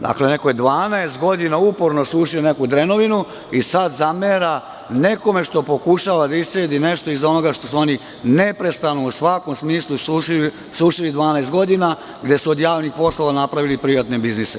Dakle, neko je 12 godina sušio neku drenovinu i sad zamera nekome što pokušava da iscedi nešto iz onoga što su oni neprestano u svakom smislu sušili 12 godina, gde su od javnih poslova napravili privatne biznise.